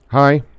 hi